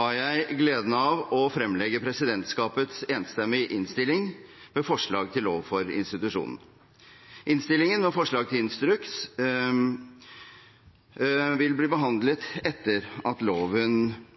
har jeg gleden av å fremlegge presidentskapets enstemmige innstilling med forslag til lov for institusjonen. Innstillingen med forslag til instruks vil bli behandlet etter at